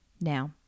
Now